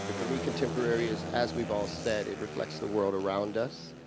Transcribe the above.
for me, contemporary is as we've all said, it reflects the world around us.